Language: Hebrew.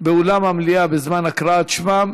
באולם המליאה בזמן הקראת שמם,